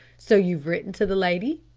so you've written to the lady.